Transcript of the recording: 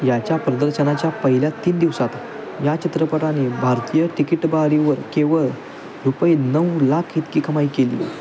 याच्या प्रदर्शनाच्या पहिल्या तीन दिवसात या चित्रपटाने भारतीय तिकीटबारीवर केवळ रुपये नऊ लाख इतकी कमाई केली